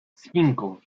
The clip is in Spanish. cinco